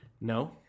No